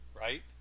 Right